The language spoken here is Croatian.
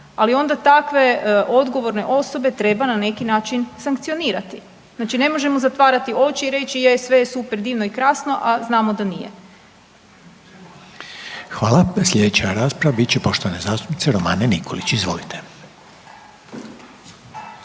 Ali onda takve odgovorne osobe treba na neki način sankcionirati. Znači ne možemo zatvarati oči i reći, je sve je super divno i krasno, a znamo da nije. **Reiner, Željko (HDZ)** Hvala. Sljedeća rasprava bit će poštovane zastupnice Romane Nikolić. Izvolite.